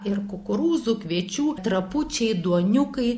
ir kukurūzų kviečių trapučiai duoniukai